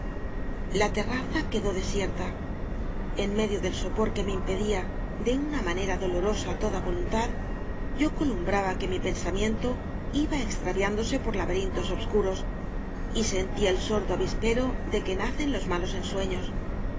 la terraza quedó desierta en medio del sopor que me impedía de una manera dolorosa toda voluntad yo co lumbraba que mi pensamiento iba extravián dose por laberintos obscuros ysentía el sordo avispero de que nacen los malos ensueños